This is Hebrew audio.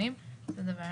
לתקופה